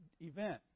event